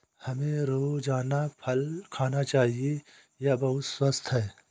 हमें रोजाना फल खाना चाहिए, यह बहुत स्वस्थ है